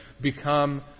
become